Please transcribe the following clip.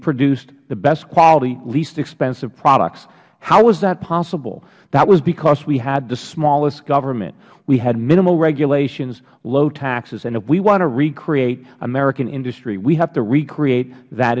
produced the best quality and least expensive products how was that possible that was because we had the smallest government we had minimal regulations and low taxes if we want to recreate american industry we have to recreate that